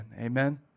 Amen